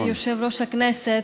כבוד יושב-ראש הוועדה,